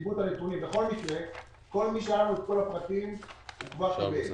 כל מי שהיה לנו את כל הפרטים שלו - קיבל.